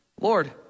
Lord